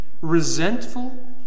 Resentful